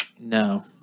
no